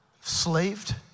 slaved